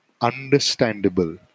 understandable